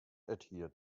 adhere